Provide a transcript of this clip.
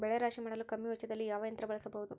ಬೆಳೆ ರಾಶಿ ಮಾಡಲು ಕಮ್ಮಿ ವೆಚ್ಚದಲ್ಲಿ ಯಾವ ಯಂತ್ರ ಬಳಸಬಹುದು?